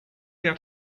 out